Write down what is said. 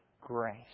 grace